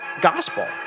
gospel